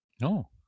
No